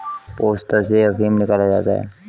पोस्ता से अफीम निकाला जाता है